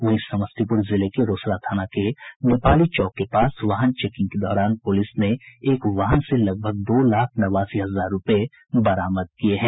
वहीं समस्तीपुर जिले के रोसड़ा थाना के नेपाली चौक के पास वाहन चेकिंग के दौरान पूलिस ने एक वाहन से लगभग दो लाख नवासी हजार रुपये बरामद किये हैं